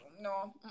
no